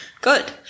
Good